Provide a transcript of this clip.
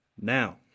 now